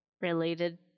related